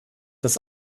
dass